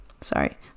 Sorry